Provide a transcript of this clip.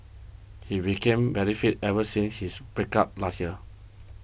he became very fit ever since his breakup last year